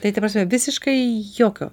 tai ta prasme visiškai jokio